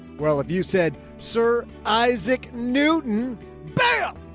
well have you said, sir, isaac newton bell.